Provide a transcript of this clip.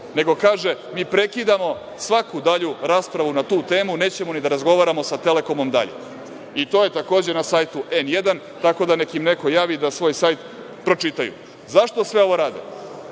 nego kaže, mi prekidamo svaku dalju raspravu na tu temu nećemo ni da razgovaramo sa „Telekomom“ dalje. To je takođe na sajtu „N1“, tako da neka im neko javi da svoj sajt pročitaju.Zašto sve ovo rade?